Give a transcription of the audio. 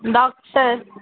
doctor